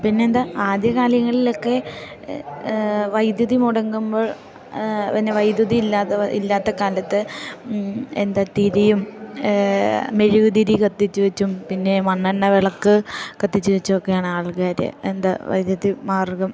പിന്നെന്താ ആദ്യ കാലയങ്ങളിലൊക്കെ വൈദ്യുതി മുടങ്ങുമ്പോൾ പിന്നെ വൈദ്യുതി ഇല്ലാത്ത ഇല്ലാത്ത കാലത്ത് എന്താ തിരിയും മെഴുക് തിരി കത്തിച്ച് വെച്ചും പിന്നെ മണ്ണെണ്ണ വിളക്ക് കത്തിച്ച് വെച്ചൊക്കെയാണ് ആൾക്കാർ എന്താ വൈദ്യുതി മാർഗ്ഗം